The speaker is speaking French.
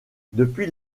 depuis